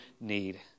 need